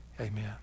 Amen